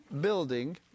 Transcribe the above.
building